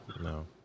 no